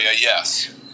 yes